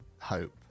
hope